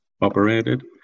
operated